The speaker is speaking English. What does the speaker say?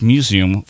Museum